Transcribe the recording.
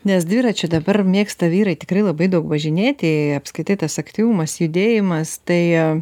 nes dviračiu dabar mėgsta vyrai tikrai labai daug važinėti apskritai tas aktyvumas judėjimas tai